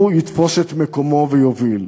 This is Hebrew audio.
הוא יתפוס את מקומו ויוביל.